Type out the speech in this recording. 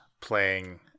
playing